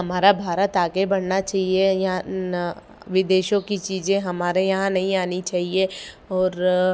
हमारा भारत आगे बढ़ना चहिए या ना विदेशों की चीज़ें हमारे यहाँ नहीं आनी चाहिए और